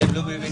אתם לא מבינים.